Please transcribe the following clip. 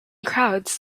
crowds